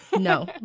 No